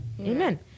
Amen